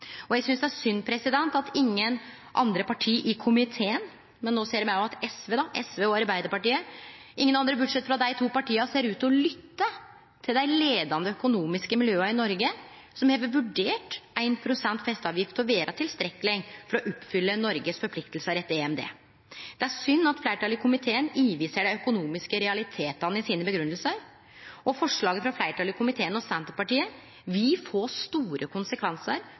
Eg synest det er synd at ingen andre parti – bortsett frå SV og Arbeidarpartiet – i komiteen ser ut til å ha lytta til dei leiande økonomiske miljøa i Noreg som har vurdert 1 pst. festeavgift til å vere tilstrekkeleg for å oppfylle Noregs forpliktingar etter EMD. Det er synd at fleirtalet i komiteen overser dei økonomiske realitetane i grunngjevingane sine. Forslaget frå fleirtalet i komiteen – og Senterpartiet – vil få store konsekvensar